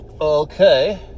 Okay